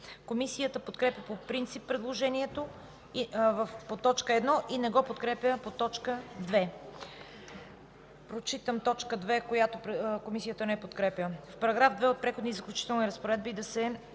Комисията подкрепя по принцип предложението по т. 1 и не го подкрепя по т. 2. Прочитам т. 2, която Комисията не подкрепя: „В § 2 от Преходните и заключителни разпоредби – да се